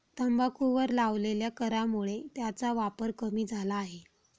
तंबाखूवर लावलेल्या करामुळे त्याचा वापर कमी झाला आहे